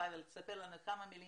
פבל, ספר לנו בכמה מלים